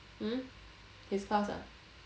mm his class ah